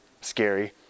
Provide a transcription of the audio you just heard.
scary